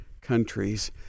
countries